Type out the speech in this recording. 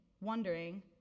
wondering